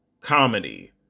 comedy